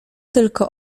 tylko